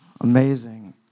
Amazing